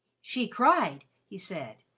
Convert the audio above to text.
she cried! he said.